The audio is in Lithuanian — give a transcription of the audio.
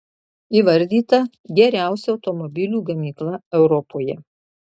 įvardyta geriausia automobilių gamykla europoje